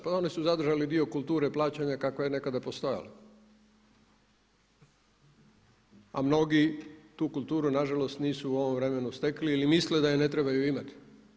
Pa oni su zadržali dio kulture plaćanja kakva je nekada postojala a mnogi tu kulturi nažalost nisu u ovom vremenu stekli ili misle da je ne trebaju imati.